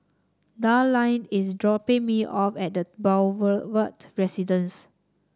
Darline is dropping me off at The Boulevard Residence